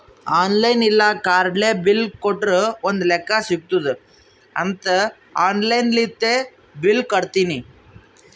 online ಇಲ್ಲ ಕಾರ್ಡ್ಲೆ bill ಕಟ್ಟುರ್ ಒಂದ್ ಲೆಕ್ಕಾ ಸಿಗತ್ತುದ್ ಅಂತ್ ಆನ್ಲೈನ್ ಲಿಂತೆ ಬಿಲ್ ಕಟ್ಟತ್ತಿನಿ